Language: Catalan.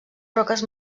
roques